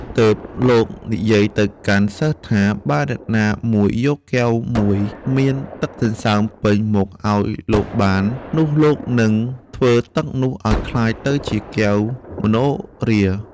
ទើបលោកនិយាយទៅកាន់សិស្សថា បើអ្នកណាមួយយកកែវមួយមានទឹកសន្សើមពេញមកឱ្យលោកបាន នោះលោកនឹងធ្វើទឹកនោះឱ្យក្លាយទៅជាកែវមនោហរា។